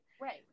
Right